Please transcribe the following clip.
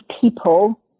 people